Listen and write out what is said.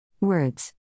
Words